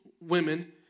women